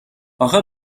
اخه